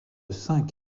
cinq